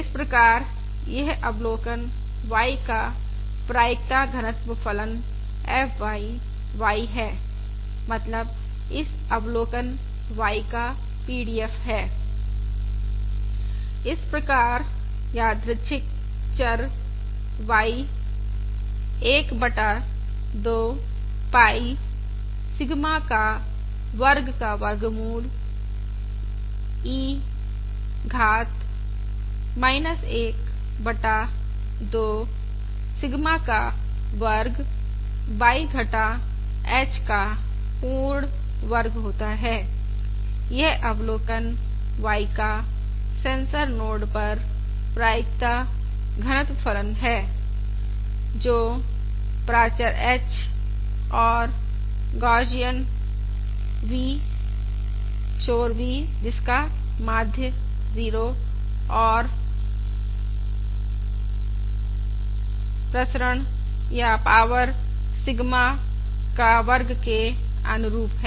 इस प्रकार यह अवलोकन y का प्रायिकता घनत्व फलन fy y है मतलब इस अवलोकन y का PDF है इस प्रकार यादृच्छिक चर y 1 बटा 2 पाई सिग्मा का वर्ग का वर्गमूल e घात 1 बटा 2 सिग्मा का वर्ग y घटा h का पूर्ण वर्ग होता है यह अवलोकन y का सेंसर नोड पर प्रायिकता घनत्व फलन है जो प्राचर h और गौसियन शोर v जिसका माध्य 0 और प्रसरण या पावर सिग्मा का वर्ग के अनुरूप है